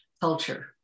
culture